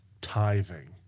tithing